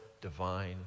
divine